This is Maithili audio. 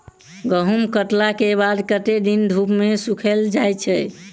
गहूम कटला केँ बाद कत्ते दिन धूप मे सूखैल जाय छै?